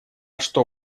что